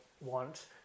want